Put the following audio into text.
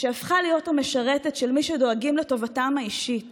שהפכה להיות המשרתת של מי שדואגים לטובתם האישית